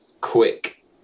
quick